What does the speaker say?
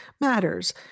matters